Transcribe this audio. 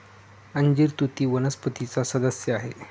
अंजीर तुती वनस्पतीचा सदस्य आहे